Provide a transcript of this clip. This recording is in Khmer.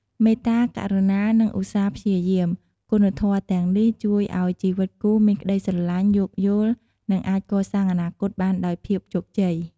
មេត្តា ករុណា និងឧស្សាហ៍ព្យាយាម គុណធម៌ទាំងនេះជួយឱ្យជីវិតគូមានក្តីស្រឡាញ់ យោគយល់ និងអាចកសាងអនាគតបានដោយភាពជោគជ័យ។